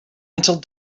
until